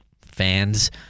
fans